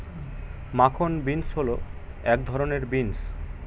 মাখন বিন্স হল এক ধরনের বিন্স